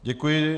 Děkuji.